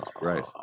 right